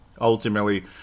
ultimately